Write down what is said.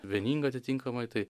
vieninga atitinkamai tai